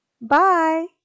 Bye